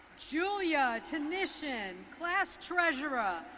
julia tenician, class treasurer,